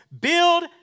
Build